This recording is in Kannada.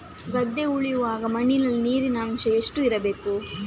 ಗದ್ದೆ ಉಳುವಾಗ ಮಣ್ಣಿನಲ್ಲಿ ನೀರಿನ ಅಂಶ ಎಷ್ಟು ಇರಬೇಕು?